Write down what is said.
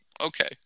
okay